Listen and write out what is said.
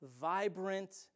vibrant